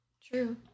True